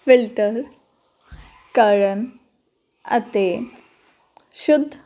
filter ਕਰਨ ਅਤੇ ਸ਼ੁੱਧ